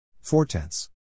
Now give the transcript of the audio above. Four-tenths